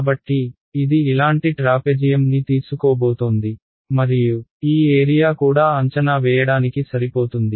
కాబట్టి ఇది ఇలాంటి ట్రాపెజియమ్ని తీసుకోబోతోంది మరియు ఈ ఏరియా కూడా అంచనా వేయడానికి సరిపోతుంది